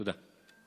תודה.